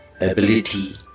ability